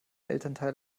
elternteil